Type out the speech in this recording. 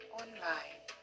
online